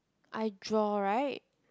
I draw right